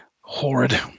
horrid